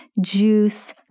juice